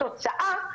התוצאה היא